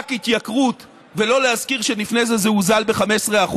התייקרות ולא להזכיר שלפני זה זה הוזל ב-15%,